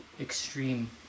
extreme